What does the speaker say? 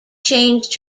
changed